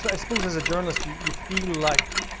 so i suppose as a journalist, you you feel like